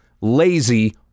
lazy